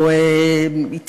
או שהיא תהיה,